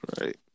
Right